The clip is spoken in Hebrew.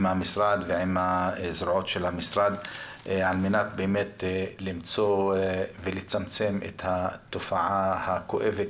המשרד ועם הזרועות של המשרד על מנת באמת למצוא ולצמצם את התופעה הכואבת